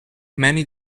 many